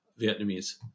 Vietnamese